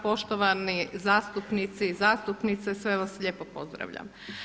Poštovani zastupnici i zastupnice, sve vas lijepo pozdravljam.